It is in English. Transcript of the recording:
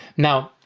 now,